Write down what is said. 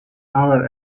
hour